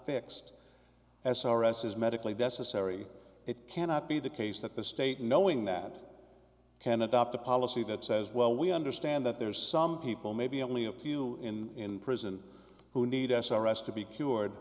fixed s r s is medically necessary it cannot be the case that the state knowing that can adopt a policy that says well we understand that there's some people maybe only a few in prison who need s r s to be cured